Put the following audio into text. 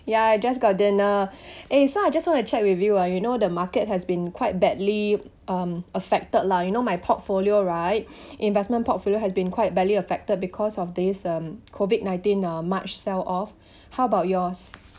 ya I just got dinner eh so I just want to check with you ah you know the market has been quite badly um affected lah you know my portfolio right investment portfolio has been quite badly affected because of this um COVID nineteen uh march sell off how about yours